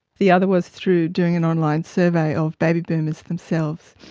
the other was through doing an online survey of baby boomers themselves.